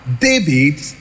David